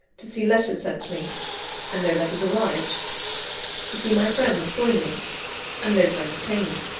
to see letters sent to me and no letters arrived to see my friends join me and no friends came.